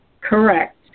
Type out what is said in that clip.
Correct